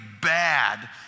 bad